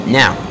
now